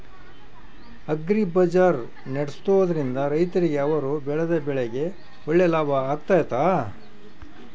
Agri ಬಜಾರ್ ನಡೆಸ್ದೊರಿಂದ ರೈತರಿಗೆ ಅವರು ಬೆಳೆದ ಬೆಳೆಗೆ ಒಳ್ಳೆ ಲಾಭ ಆಗ್ತೈತಾ?